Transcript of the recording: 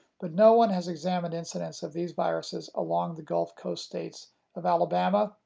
but no one has examined incidence of these viruses along the gulf coast states of alabama,